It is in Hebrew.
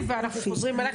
ואנחנו חוזרים אלייך.